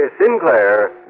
Sinclair